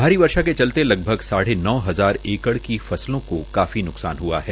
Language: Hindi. भारी वर्षा के चलते लगभग साढ़े नौ हजार एकड़ की फसलों को काफी न्कसान हआ है